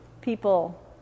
people